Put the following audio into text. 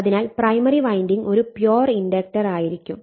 അതിനാൽ primary winding ഒരു pure inductor ആയിരിക്കും